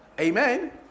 Amen